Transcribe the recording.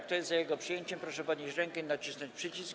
Kto jest za jego przyjęciem, proszę podnieść rękę i nacisnąć przycisk.